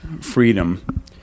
freedom